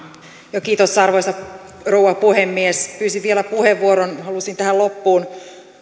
kiitos arvoisa rouva puhemies pyysin vielä puheenvuoron koska halusin tähän loppuun